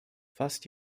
fast